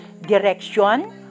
Direction